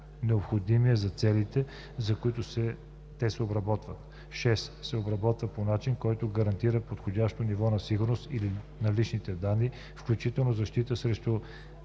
необходимия за целите, за които те се обработват; 6. се обработват по начин, който гарантира подходящо ниво на сигурност на личните данни, включително защита срещу